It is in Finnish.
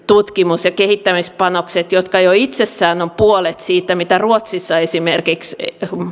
tutkimus ja kehittämispanokset jotka jo itsessään ovat puolet siitä mitä esimerkiksi ruotsissa